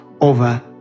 over